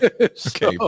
Okay